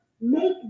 make